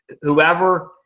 Whoever